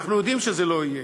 אנחנו יודעים שזה לא יהיה.